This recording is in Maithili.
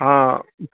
हँ